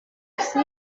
así